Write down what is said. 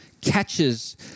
catches